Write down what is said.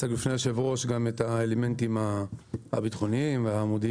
הצגנו בפני יושב הראש גם את האלמנטים הביטחוניים והמודיעיניים